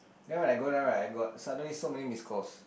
then when I go down right I got suddenly so many missed calls